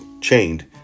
Chained